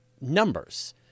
numbers